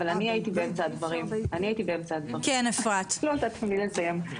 אבל אני הייתי באמצע הדברים ואפילו לא נתתם לי לסיים.